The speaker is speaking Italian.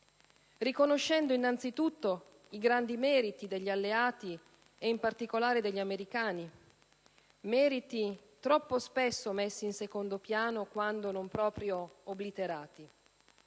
riconoscendo innanzitutto i grandi meriti degli Alleati ed in particolare degli americani, meriti troppo spesso messi in secondo piano quando non proprio obliterati.